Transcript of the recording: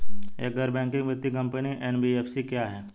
एक गैर बैंकिंग वित्तीय कंपनी एन.बी.एफ.सी क्या है?